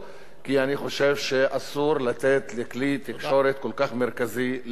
כי אני חושב שאסור לתת לכלי תקשורת כל כך מרכזי לקרוס,